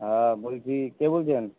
হ্যাঁ বলছি কে বলছেন